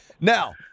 Now